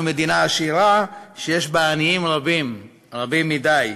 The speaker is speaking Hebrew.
אנחנו מדינה עשירה שיש בה עניים רבים, רבים מדי.